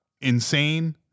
insane